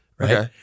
Okay